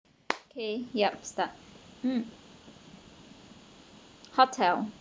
okay yup start mm hotel